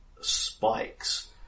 spikes